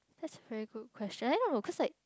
that's a very good question